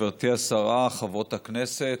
גברתי השרה, חברות הכנסת,